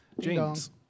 James